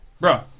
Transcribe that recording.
bro